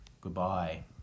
Goodbye